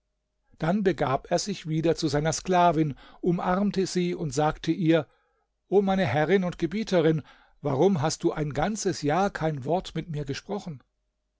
dann begab er sich wieder zu seiner sklavin umarmte sie und sagte ihr o meine herrin und gebieterin warum hast du ein ganzes jahr kein wort mit mir gesprochen